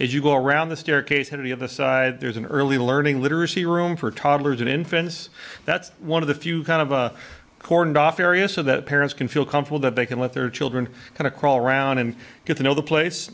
as you go around the staircase and any of the side there's an early learning literacy room for toddlers and infants that's one of the few kind of a cordoned off area so that parents can feel comforted that they can let their children kind of crawl around and get to know the place